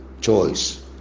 choice